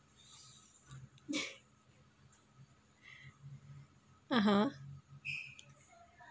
(uh huh)